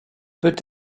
peut